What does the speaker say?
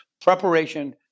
Preparation